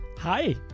Hi